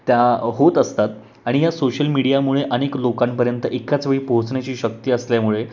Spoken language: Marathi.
त्या होत असतात आणि या सोशल मीडियामुळे अनेक लोकांपर्यंत एकाच वेळी पोहोचण्याची शक्ती असल्यामुळे